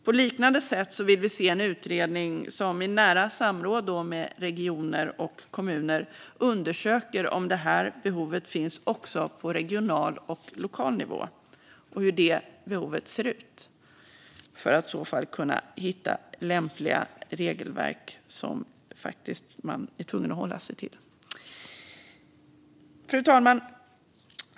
På liknande sätt vill vi se en utredning som i nära samråd med regioner och kommuner undersöker om behovet också finns på regional och lokal nivå, och hur det behovet ser ut, så att vi kan hitta lämpliga regelverk som man är tvungen att hålla sig till. Fru talman!